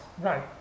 Right